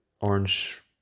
orange